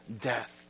death